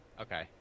Okay